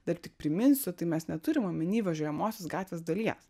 dar tik priminsiu tai mes neturim omeny važiuojamosios gatvės dalies